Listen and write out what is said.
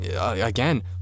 again